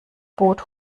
boot